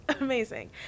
Amazing